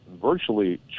virtually